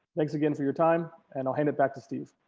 thanks again for your time and i'll hand it back to steve.